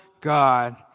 God